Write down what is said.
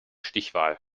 stichwahl